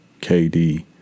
kd